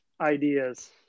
ideas